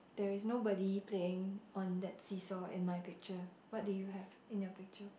there is nobody playing on that seesaw in my picture what do you have in your picture